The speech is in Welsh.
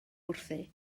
wrthi